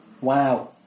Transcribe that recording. wow